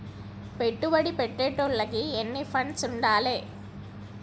పెట్టుబడి పెట్టేటోనికి ఎన్ని ఫండ్స్ ఉండాలే?